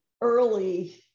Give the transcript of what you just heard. early